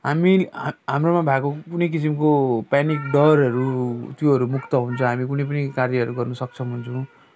हामी हाम्रोमा भएको कुनै किसिमको पेनिक डरहरू त्योहरू मुक्त हुन्छ हामी कुनै पनि कार्य गर्नु सक्षम हुन्छौँ